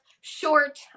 short